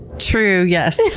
true! yes!